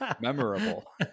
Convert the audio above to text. Memorable